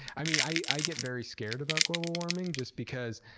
i mean, i get very scared about global warming just because